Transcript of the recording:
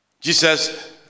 Jesus